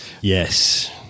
Yes